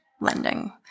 lending